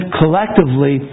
collectively